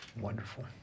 Wonderful